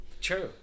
True